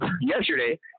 yesterday